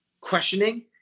questioning